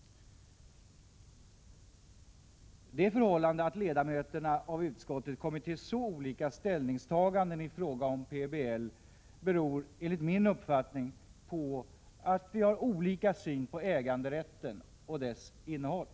Det förhållandet att ledamöterna av utskottet kommit till så olika Prot. 1986/87:36 ställningstaganden i fråga om PBL beror, enligt min uppfattning, på att vihar 26 november 1986 olika syn på äganderätten och dess innehåll.